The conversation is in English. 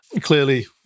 Clearly